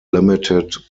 limited